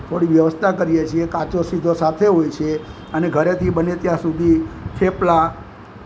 થોડી વ્યવસ્થા કરીએ છીએ કાચો સીધો સાથે હોય છે અને ઘરેથી બને ત્યાં સુધી થેપલા